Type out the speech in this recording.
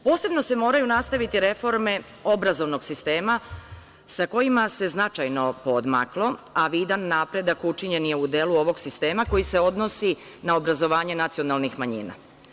Posebno se moraju nastaviti reforme obrazovnog sistema sa kojima se značajno poodmaklo, a vidan napredak učinjen je u delu ovog sistema koji se odnosi na obrazovanje nacionalnih manjina.